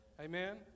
Amen